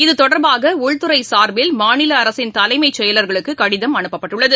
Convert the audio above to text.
இத்தொடர்பாக உள்துறைசார்பில் மாநிலஅரசின் தலைமைச்செயலர்களுக்குகடிதம் அனுப்பப்பட்டுள்ளது